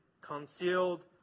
concealed